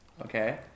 Okay